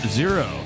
zero